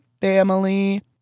family